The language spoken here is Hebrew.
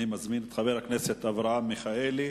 אני מזמין את חבר הכנסת אברהם מיכאלי,